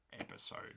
episode